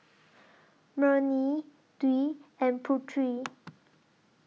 Murni Dwi and Putri